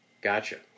Gotcha